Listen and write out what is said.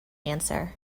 answer